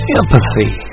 empathy